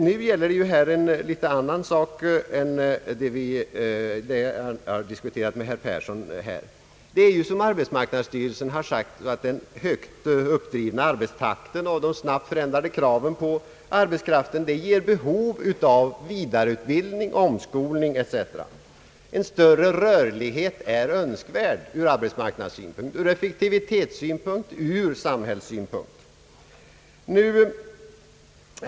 Nu gäller det dock en något annan sak än vad jag här har diskuterat med herr Persson om. Såsom arbetsmarknadsstyrelsen har sagt ger den högt uppdrivna arbetstakten och de snabbt förändrade kraven på arbetskraften behov av vidareutbildning, omskolning etc. En större rörlighet är önskvärd ur arbetsmarknadssynpunkt, ur effektivitetssynpunkt och ur samhällssynpunkt.